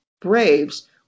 braves